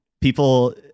people